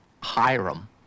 Hiram